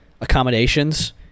accommodations